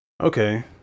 Okay